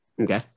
Okay